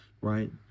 right